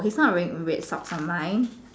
he's not wearing red socks on mine